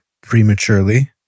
prematurely